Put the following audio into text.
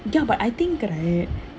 ya but I think right